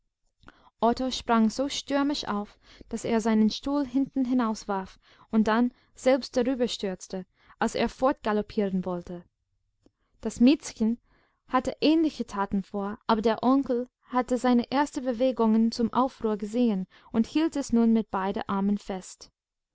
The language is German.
sprang so stürmisch auf daß er seinen stuhl hintenhinaus warf und dann selbst darüber stürzte als er fortgaloppieren wollte das miezchen hatte ähnliche taten vor aber der onkel hatte seine ersten bewegungen zum aufruhr gesehen und hielt es nun mit beiden armen fest